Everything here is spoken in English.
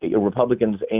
Republicans